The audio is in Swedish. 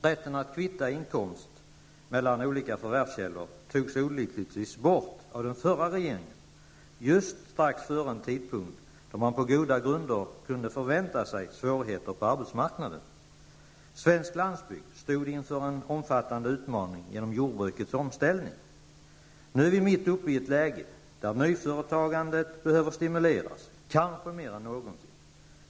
Rätten att kvitta inkomst mellan olika förvärvskällor togs olyckligtvis bort av den förra regeringen strax före en tidpunkt då man på goda grunder kunde förvänta sig svårigheter på arbetsmarknaden. Svensk landsbygd stod inför en omfattande utmaning genom jordbrukets omställning. Nu är vi mitt uppe i ett läge där nyföretagandet behöver stimuleras, kanske mer än någonsin.